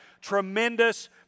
tremendous